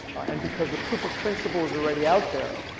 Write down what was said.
and because the proof of principle is already out there,